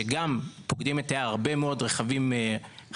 שגם פוקדים את היערות הרבה מאוד רכבים מוטוריים,